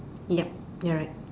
ya you're right